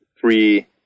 three